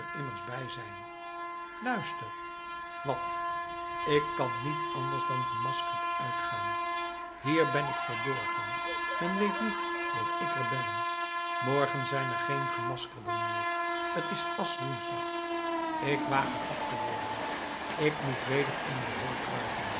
immers bij zijn luister wat ik kan niet anders dan gemaskerd uitgaan hier ben ik verborgen men weet niet dat ik er ben morgen zijn er geen gemaskerden meer t is asch woensdag ik waag gepakt te worden ik moet weder in mijn hol kruipen